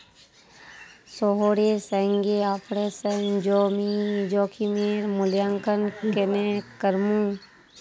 शेयरेर संगे ऑपरेशन जोखिमेर मूल्यांकन केन्ने करमू